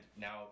now